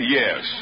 yes